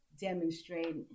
demonstrate